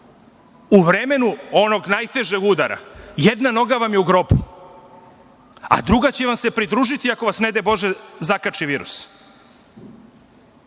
u vremenu onog najtežeg udara jedna noga vam je u grobu, a druga će se pridružiti ako vas, ne daj Bože, zakači virus.